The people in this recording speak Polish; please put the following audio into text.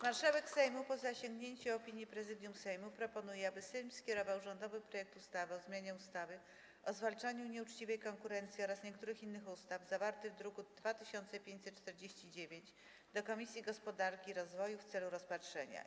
Marszałek Sejmu, po zasięgnięciu opinii Prezydium Sejmu, proponuje, aby Sejm skierował rządowy projekt ustawy o zmianie ustawy o zwalczaniu nieuczciwej konkurencji oraz niektórych innych ustaw, zawarty w druku nr 2549, do Komisji Gospodarki i Rozwoju w celu rozpatrzenia.